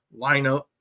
lineup